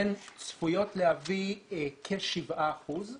הן צפויות להביא כשבעה אחוזים